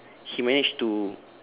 he managed to